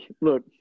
look